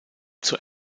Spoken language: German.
zur